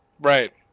Right